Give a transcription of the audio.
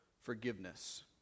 forgiveness